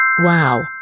Wow